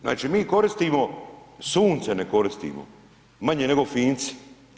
Znači mi koristimo, Sunce ne koristimo, manje nego Finci.